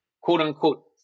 quote-unquote